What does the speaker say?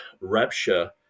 rapture